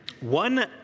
one